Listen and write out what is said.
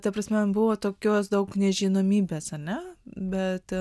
ta prasme buvo tokios daug nežinomybės ar ne bet